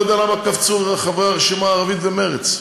אני לא יודע למה קפצו חברי הרשימה הערבית ומרצ.